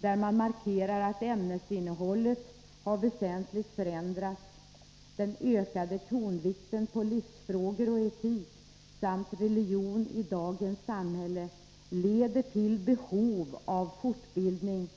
Det framhålls att ”ämnesinnehållet i väsentliga avseenden förändrats. Den ökade tonvikten på livsfrågor och etik samt religion i dagens samhälle leder till behov av fortbildning